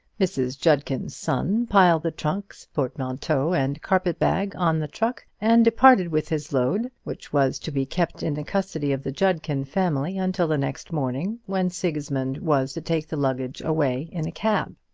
mrs. judkin's son piled the trunks, portmanteau, and carpet-bag on the truck, and departed with his load, which was to be kept in the custody of the judkin family until the next morning, when sigismund was to take the luggage away in a cab.